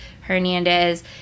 Hernandez